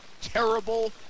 terrible